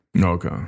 Okay